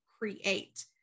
create